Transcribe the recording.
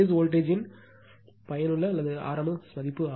base வோல்ட்டேஜ்த்தின் பயனுள்ள அல்லது rms மதிப்பு